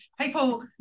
people